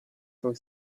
for